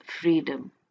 freedom